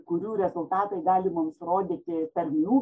kurių rezultatai gali mums rodyti tarmių